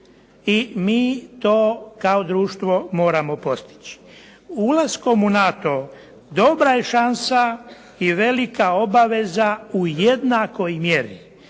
i mi to kao društvo moramo postići. Ulaskom u NATO dobra je šansa i velika obaveza u jednakoj mjeri,